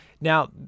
Now